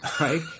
right